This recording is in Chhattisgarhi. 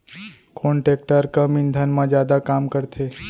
कोन टेकटर कम ईंधन मा जादा काम करथे?